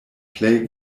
plej